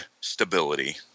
stability